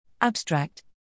Abstract